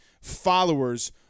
followers